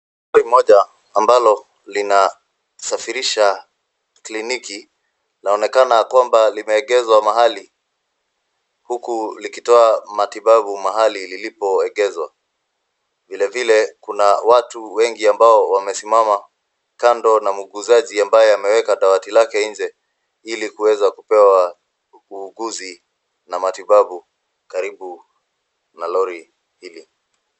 Lori mmoja ambalo lina safirisha kliniki laonekana kwamba limeegezwa mahali huku likitoa matibabu mahali lilipoegezwa. Vile vile kuna watu wengi ambao wamesimama kando na muuguzaji ameweka dawati lake nje ili kuweza kupewa uuguzi na matibabu karibu na lori hili.